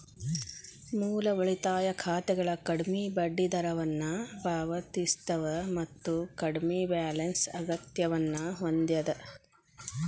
ಮೂಲ ಉಳಿತಾಯ ಖಾತೆಗಳ ಕಡ್ಮಿ ಬಡ್ಡಿದರವನ್ನ ಪಾವತಿಸ್ತವ ಮತ್ತ ಕಡ್ಮಿ ಬ್ಯಾಲೆನ್ಸ್ ಅಗತ್ಯವನ್ನ ಹೊಂದ್ಯದ